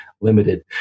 limited